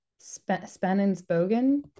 Spannensbogen